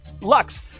Lux